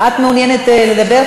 את מעוניינת לדבר?